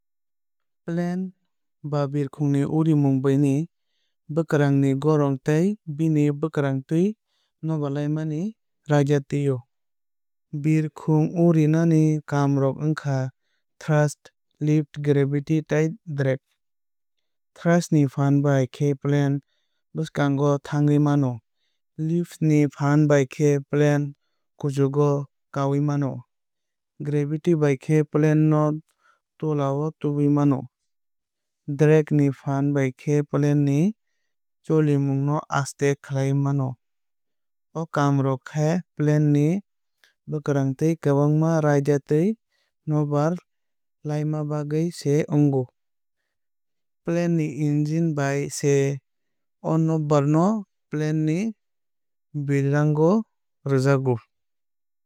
Plane ba birkhung ni urimung bini bwkrang ni goron tei bini bwkarngtwi nokbar laimani raidatwi. Birkhung urinani kaam rok wngkha thrust lift gravity tei drag. Thrust ni phaan bai khe plane bwsukango thangnwui mano. Lift ni phaan bai khe plane kuchugo kawui mano. Gravity bai khe plane no tola o tubui mano. Drag ni phaan bai khe plane ni cholimung no aste khlai mano. O kaam rok khe plane ni bwkrangtwi kwbangma raidatwi nokbar laima bagwui se ongo. Plane ni engine bai se o nokbar no plane ni bwkrango rwjago.